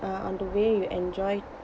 uh on the way you enjoy